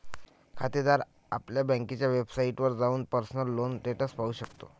खातेदार आपल्या बँकेच्या वेबसाइटवर जाऊन पर्सनल लोन स्टेटस पाहू शकतो